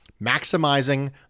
maximizing